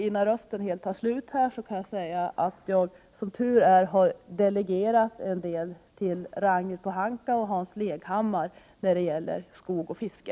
Innan rösten helt tar slut kan jag säga att jag som tur är har delegerat en del till Ragnhild Pohanka och Hans Leghammar, om skog och fiske.